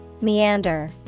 Meander